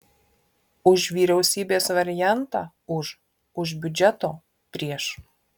už vyriausybės variantą už už biudžeto prieš